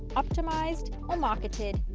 optimized or marketed,